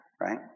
right